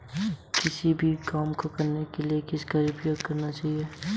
किस बैंक ने मोबाइल आधारित भुगतान समाधान एम वीज़ा लॉन्च किया है?